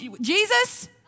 Jesus